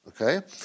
Okay